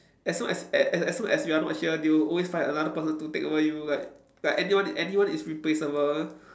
as long as as as long as you are not here they will always find another person to take over you like like anyone anyone is replaceable